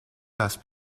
las